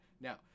now